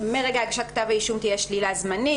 שמרגע הגשת כתב האישום תהיה שלילה זמנית.